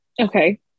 Okay